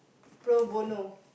pro bono